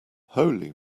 holy